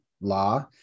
law